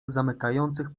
zamykających